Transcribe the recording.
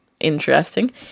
interesting